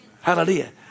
Hallelujah